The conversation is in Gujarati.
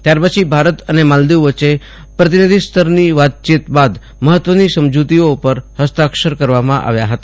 ત્યાર પછી ભારત અને માલદિવ વચ્ચે પ્રતિનિધિ સ્તરની વાતચીત બાદ મફત્વની સમજુતીઓ પર ફસ્તક્ષાર કરવામાં આવ્યા હતા